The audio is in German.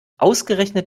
ausgerechnet